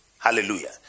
Hallelujah